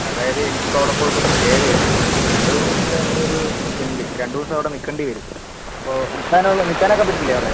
അതായത് എനിക്കിപ്പോ അവിടെ പോയിട്ടൊന്ന് സ്റ്റേ ചെയ്യണം രണ്ട് മൂന്ന് ദിവസത്തെ ഒരിതുണ്ട് രണ്ട് ദിവസം അവിടെ നിൽക്കേണ്ടി വരും അപ്പോൾ നിക്കാൻ ഉള്ളത് നിക്കാനൊക്കെ പറ്റില്ലേ അവിടെ